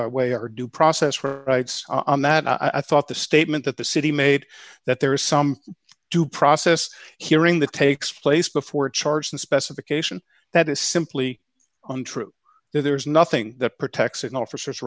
away our due process for rights on that i thought the statement that the city made that there is some due process hearing that takes place before charging a specification that is simply untrue there is nothing that protects